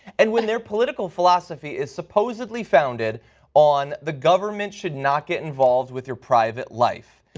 and when their political philosophy is supposedly founded on the government should not get involved with your private life.